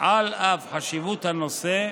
על אף חשיבות הנושא,